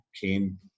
came